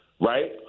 right